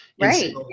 Right